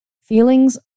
Feelings